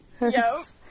Yes